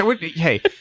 Hey